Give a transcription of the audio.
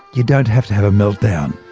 you don't have to have a meltdown.